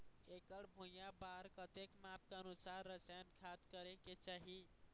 एकड़ भुइयां बार कतेक माप के अनुसार रसायन खाद करें के चाही?